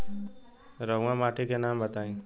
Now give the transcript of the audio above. रहुआ माटी के नाम बताई?